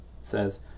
says